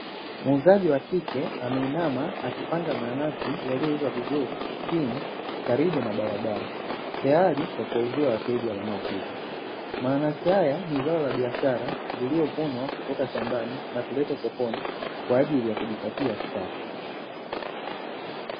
Muuzaji wa kike ameinama akipanga mananasi yaliyoiva vizuri chini karibu na barabara, tayari kwa kuwauzia wateja wanaopita. Mananasi haya ni zao la biashara lililovunwa kutoka shambani, na kuletwa sokoni kwa ajili ya kujipatia kipato.